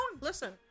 Listen